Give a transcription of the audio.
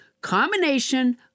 combination